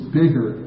bigger